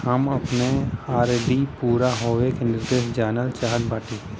हम अपने आर.डी पूरा होवे के निर्देश जानल चाहत बाटी